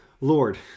Lord